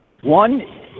One